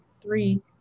three